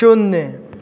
शून्य